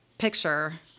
picture